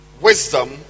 wisdom